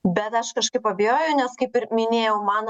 bet aš kažkaip abejoju nes kaip ir minėjau man